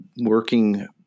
working